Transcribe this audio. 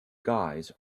guys